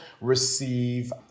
receive